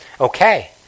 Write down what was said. Okay